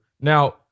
Now